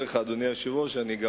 אדוני היושב-ראש, אני מודה לך.